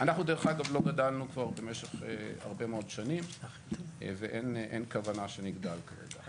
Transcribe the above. אנחנו דרך אגב לא גדלנו כבר במשך הרבה מאוד שנים ואין כוונה שנגדל כרגע.